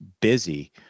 busy